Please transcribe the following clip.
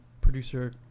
producer